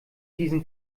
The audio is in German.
diesen